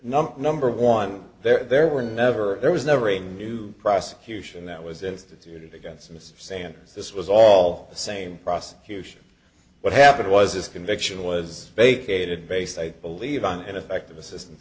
number number one there were never there was never a new prosecution that was instituted against mr sanders this was all the same prosecution what happened was his conviction was vacated based i believe on ineffective assistance